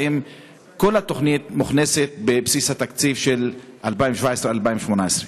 האם כל התוכנית מוכנסת בבסיס התקציב של 2017 2018?